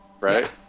right